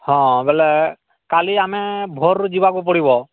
ହଁ ବୋଲେ କାଲି ଆମେ ଭୋରରୁ ଯିବାକୁ ପଡ଼ିବ